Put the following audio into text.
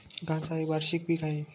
गांजा हे वार्षिक पीक आहे